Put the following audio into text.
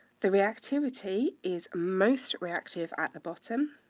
the reactivity is most reactive at the bottom,